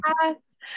past